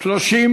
נתקבל.